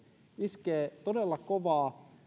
iskevät todella kovaa